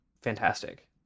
fantastic